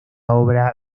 obra